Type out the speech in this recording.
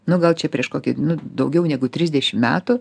nu gal čia prieš kokį nu daugiau negu trisdešim metų